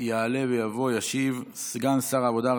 יעלה ויבוא וישיב סגן שר העבודה,